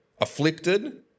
afflicted